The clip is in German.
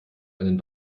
einen